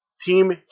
team